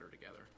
together